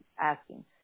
asking